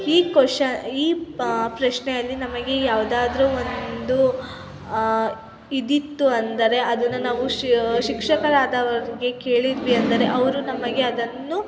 ಈ ಕ್ವೆಶನ್ ಈ ಪ್ರಶ್ನೆಯಲ್ಲಿ ನಮಗೆ ಯಾವುದಾದರೂ ಒಂದು ಇದಿತ್ತು ಅಂದರೆ ಅದನ್ನು ನಾವು ಶಿಕ್ಷಕರಾದವರಿಗೆ ಕೇಳಿದ್ವಿ ಅಂದರೆ ಅವರು ನಮಗೆ ಅದನ್ನು